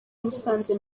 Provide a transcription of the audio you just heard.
musanze